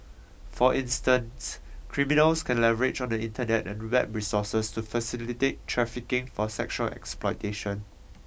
for instance criminals can leverage on the Internet and web resources to facilitate trafficking for sexual exploitation